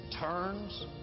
turns